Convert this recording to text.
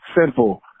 Simple